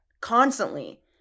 constantly